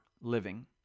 living